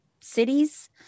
cities